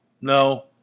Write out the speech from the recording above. No